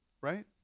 Right